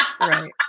Right